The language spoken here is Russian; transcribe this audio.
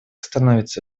становится